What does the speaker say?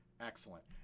excellent